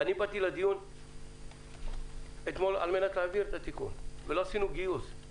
אני באתי לדיון אתמול על מנת להעביר את התיקון ולא עשינו גיוס,